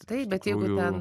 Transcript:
taip bet jeigu ten